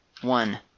one